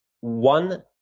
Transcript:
one